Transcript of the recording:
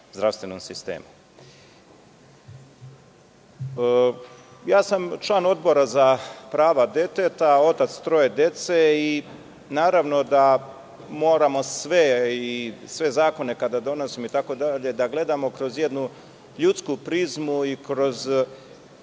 zdravstvenom sistemu. Član sam Odbora za prava deteta, otac troje dece i naravno da moramo kada donosimo sve zakone da gledamo kroz jednu ljudsku prizmu i kroz